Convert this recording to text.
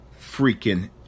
freaking